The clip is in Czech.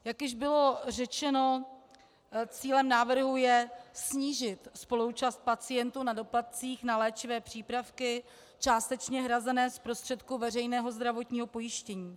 Jak již bylo řečeno, cílem návrhu je snížit spoluúčast pacientů na doplatcích na léčivé přípravky částečně hrazené z prostředků veřejného zdravotního pojištění.